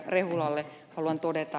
rehulalle haluan todeta